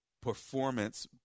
performance